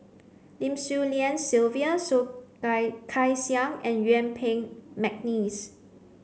Lim Swee Lian Sylvia Soh Kay Siang and Yuen Peng McNeice